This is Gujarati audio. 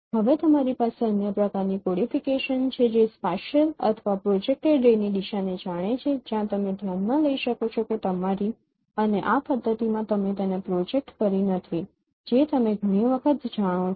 હવે તમારી પાસે અન્ય પ્રકારની કોડિફિકેશન છે જે સ્પાશિયલ અથવા પ્રોજેકટેડ રે ની દિશાને જાણે છે જ્યાં તમે ધ્યાનમાં લઈ શકો છો કે તમારી અને આ પદ્ધતિમાં તમે તેને પ્રોજેક્ટ કરી નથી જે તમે ઘણી વખત જાણો છો